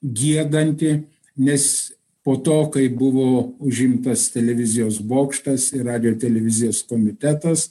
giedanti nes po to kai buvo užimtas televizijos bokštas ir radijo ir televizijos komitetas